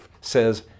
says